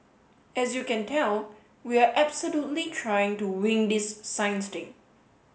as you can tell we are absolutely trying to wing this science thing